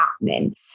happening